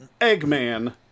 Eggman